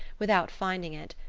without finding it.